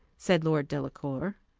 said lord delacour.